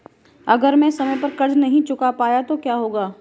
अगर मैं समय पर कर्ज़ नहीं चुका पाया तो क्या होगा?